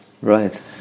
Right